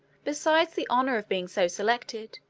besides the honor of being so selected,